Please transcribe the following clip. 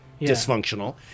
dysfunctional